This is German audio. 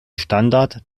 standard